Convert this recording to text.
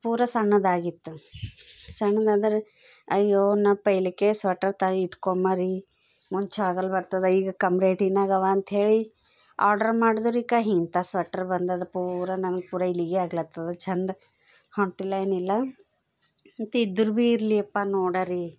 ಪೂರ ಸಣ್ಣದಾಗಿತ್ತು ಸಣ್ಣದೆಂದ್ರೆ ಅಯ್ಯೋ ನಾ ಪೈಲೇಕೆ ಸ್ವೆಟರ್ ತೆಗೆ ಇಟ್ಕೊಂಬರಿ ಮುಂದೆ ಚಳ್ಗಾಲ ಬರ್ತದೆ ಈಗ ಕಮ್ಮಿ ರೇಟಿನಾಗಿವೆ ಅಂಥೇಳಿ ಆರ್ಡ್ರ್ ಮಾಡಿದ್ರೆಕ ಇಂಥಾ ಸ್ವೆಟ್ರ್ ಬಂದಿದೆ ಪೂರ ನಂಗೆ ಪೂರ ಇಲ್ಲಿಗೇ ಆಗ್ಲತ್ತಿದೆ ಚೆಂದ ಹೊಂಟಿಲ್ಲ ಏನಿಲ್ಲ ಮತ್ತು ಇದ್ದರೆ ಭೀ ಇರ್ಲಿಯಪ್ಪ ನೋಡರಿ